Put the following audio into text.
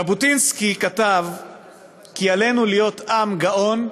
ז'בוטינסקי כתב כי עלינו להיות עם גאון,